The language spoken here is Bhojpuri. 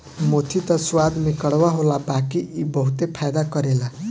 मेथी त स्वाद में कड़वा होला बाकी इ बहुते फायदा करेला